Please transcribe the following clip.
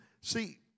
see